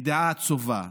ידיעה עצובה,